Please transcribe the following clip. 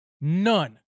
none